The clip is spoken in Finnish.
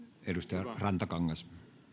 arvoisa puhemies